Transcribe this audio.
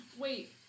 wait